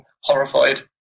horrified